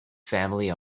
family